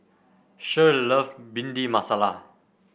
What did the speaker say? Shirl love Bhindi Masala